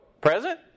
Present